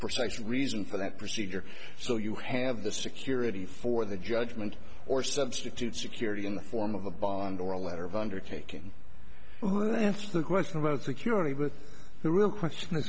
precise reason for that procedure so you have the security for the judgment or substitute security in the form of a bond or a letter of undertaking the question about security but the real question is